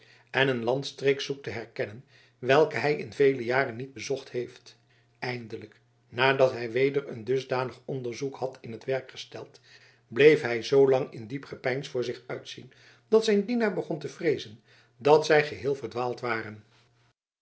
en een landstreek zoekt te herkennen welke hij in vele jaren niet bezocht heeft eindelijk nadat hij weder een dusdanig onderzoek had in t werk gesteld bleef hij zoolang in diep gepeins voor zich uitzien dat zijn dienaar begon te vreezen dat zij geheel verdwaald waren